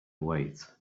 wait